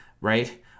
right